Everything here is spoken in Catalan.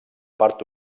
part